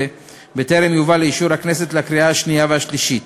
בטרם יובא לאישור הכנסת בקריאה השנייה והשלישית.